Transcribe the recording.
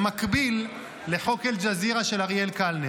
אני מקווה שהדבר יסתדר.